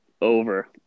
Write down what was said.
over